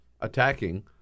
attacking